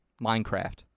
Minecraft